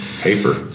Paper